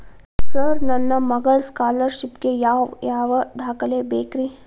Sir ನನ್ನ ಮಗ್ಳದ scholarship ಗೇ ಯಾವ್ ಯಾವ ದಾಖಲೆ ಬೇಕ್ರಿ?